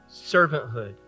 servanthood